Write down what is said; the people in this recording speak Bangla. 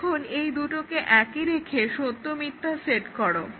এখন এই দুটোকে একই রেখে সত্য মিথ্যা সেট করো